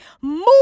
Move